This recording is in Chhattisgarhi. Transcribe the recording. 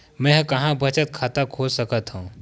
मेंहा कहां बचत खाता खोल सकथव?